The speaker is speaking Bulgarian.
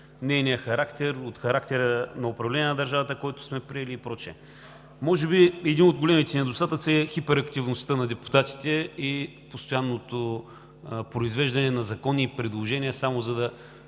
от нейния характер, от характера на управление на държавата, който сме приели и прочие. Може би един от големите недостатъци е хиперактивността на депутатите и постоянното произвеждане на закони и предложения, само за да